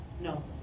No